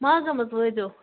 ماگَم حظ وٲتۍزیو